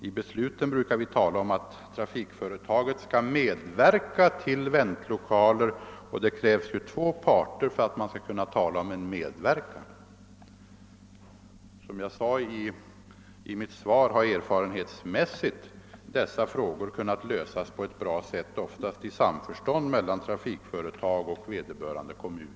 I besluten brukar vi emellertid tala om att trafikföretaget skall medverka till anordnandet av väntlokaler, och det krävs ju två parter för att det skall kunna bli tal om en medverkan. Som jag sade i mitt svar, har erfarenhetsmässigt dessa frågor kunnat lösas på ett bra sätt, oftast i samförstånd mellan trafikföretaget och vederbörande kommun .